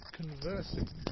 conversing